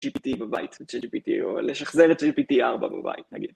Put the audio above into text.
gpt בבית gpt או לשחזרת gpt4 בבית נגיד